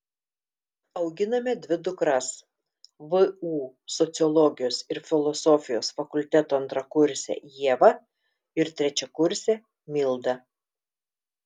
auginame dvi dukras vu sociologijos ir filosofijos fakulteto antrakursę ievą ir trečiakursę mildą